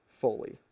fully